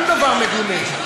גם דבר מגונה,